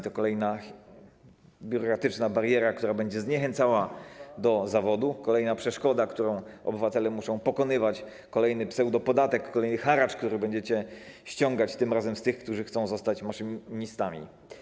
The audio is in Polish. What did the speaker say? To kolejna biurokratyczna bariera, która będzie zniechęcała do zawodu, kolejna przeszkoda, którą obywatele będą musieli pokonywać, kolejny pseudopodatek, haracz, który będziecie ściągać tym razem z tych, którzy chcą zostać maszynistami.